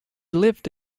lived